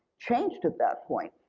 changed at that point,